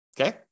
okay